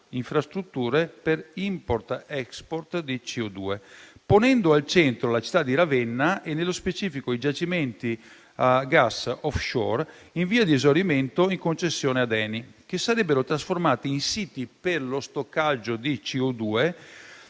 infrastrutture per *import* ed *export* di CO2, ponendo al centro la città di Ravenna e, nello specifico, i giacimenti gas *offshore* in via di esaurimento in concessione ad ENI, che sarebbero trasformati in siti per lo stoccaggio di CO2